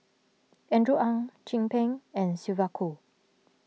Andrew Ang Chin Peng and Sylvia Kho